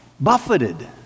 buffeted